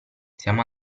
siamo